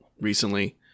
recently